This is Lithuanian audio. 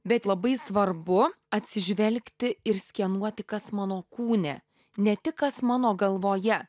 bet labai svarbu atsižvelgti ir skenuoti kas mano kūne ne tik kas mano galvoje